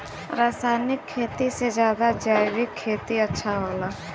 रासायनिक खेती से ज्यादा जैविक खेती अच्छा होला